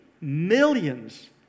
millions